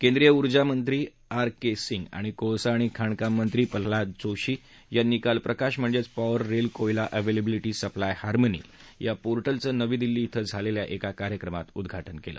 केंद्रीय ऊर्जामंत्री R K Singh आणि कोळसा आणि खाणकाममंत्री प्रल्हाद जोशी यांनी काल प्रकाश म्हणजेच power rail Koyla availability supply harmony या पोरिकेचं नवी दिल्ली इथं झालेल्या एका कार्यक्रमात उद्वाज केलं